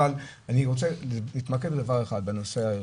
אבל, אני רוצה להתמקד בדבר האחד, בנושא הערכי.